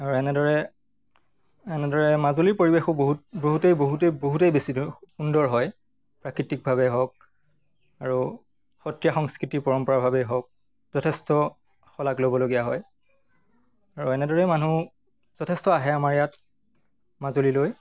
আৰু এনেদৰে এনেদৰে মাজুলীৰ পৰিৱেশো বহুত বহুতেই বহুতেই বহুতেই বেছি সুন্দৰ হয় প্ৰাকৃতিকভাৱেই হওক আৰু সত্ৰীয়া সংস্কৃতিৰ পৰম্পৰাভাৱেই হওক যথেষ্ট শলাগ ল'বলগীয়া হয় আৰু এনেদৰেই মানুহ যথেষ্ট আহে আমাৰ ইয়াত মাজুলীলৈ